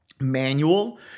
manual